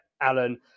Alan